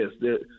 Yes